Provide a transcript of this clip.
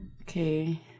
Okay